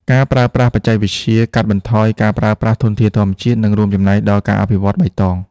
ការប្រើប្រាស់បច្ចេកវិទ្យាកាត់បន្ថយការប្រើប្រាស់ធនធានធម្មជាតិ និងរួមចំណែកដល់ការអភិវឌ្ឍបៃតង។